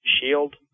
Shield